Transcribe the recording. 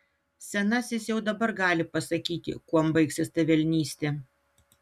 senasis jau dabar gali pasakyti kuom baigsis ta velnystė